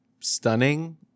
Stunning